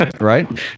right